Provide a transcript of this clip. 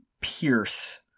pierce